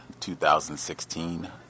2016